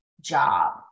job